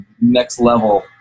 next-level